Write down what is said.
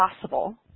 possible